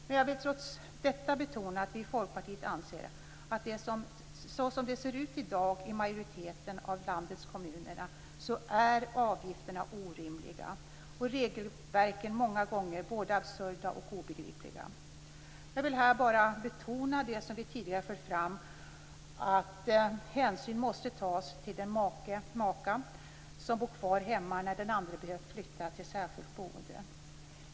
Men jag vill trots detta betona att vi i Folkpartiet anser att som det ser ut i dag i en majoritet av landets kommuner är avgifterna orimliga. Regelverken är många gånger både absurda och obegripliga. Jag vill här bara betona det som vi tidigare har fört fram; att hänsyn måste tas till den make/maka som bor kvar hemma när den andre behövt flytta till särskilt boende.